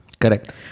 Correct